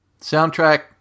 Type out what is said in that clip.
Soundtrack